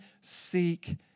seek